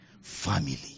family